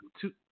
two